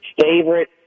Favorite